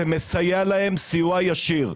זה מסייע להם סיוע ישיר.